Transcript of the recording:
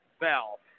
Bell